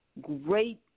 great